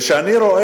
אני מדבר